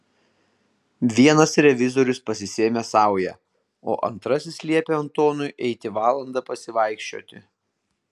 vienas revizorius pasisėmė saują o antrasis liepė antonui eiti valandą pasivaikščioti